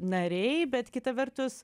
nariai bet kita vertus